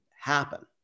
happen